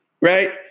right